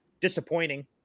disappointing